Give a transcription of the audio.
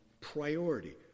priority